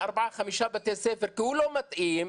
בארבעה-חמישה בתי ספר כי הוא לא מתאים,